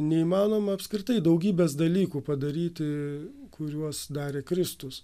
neįmanoma apskritai daugybės dalykų padaryti kuriuos darė kristus